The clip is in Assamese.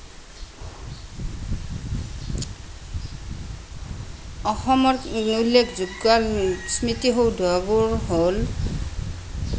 অসমৰ উল্লেখযোগ্য স্মৃতি সৌধবোৰ হ'ল